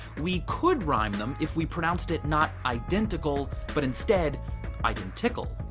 we could rhyme them if we pronounced it not identical but instead identical.